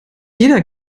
jeder